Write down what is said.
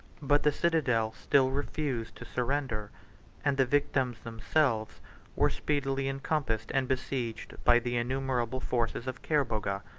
but the citadel still refused to surrender and the victims themselves were speedily encompassed and besieged by the innumerable forces of kerboga,